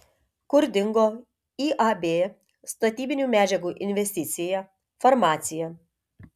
kur dingo iab statybinių medžiagų investicija farmacija